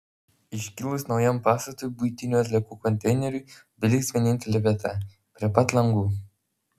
iškilus naujam pastatui buitinių atliekų konteineriui beliks vienintelė vieta prie pat langų